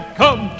come